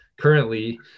Currently